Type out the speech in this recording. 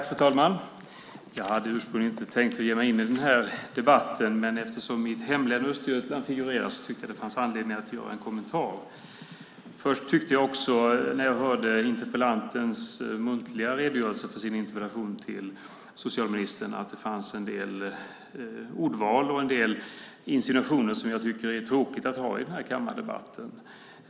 Fru talman! Jag hade ursprungligen inte tänkt ge mig in i den här debatten, men eftersom mitt hemlän Östergötland figurerar tyckte jag att det fanns anledning att göra en kommentar. När jag hörde interpellantens muntliga redogörelse för sin interpellation till socialministern fanns där en del ordval och insinuationer som jag tycker är tråkiga att ha i den här kammardebatten.